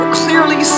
clearly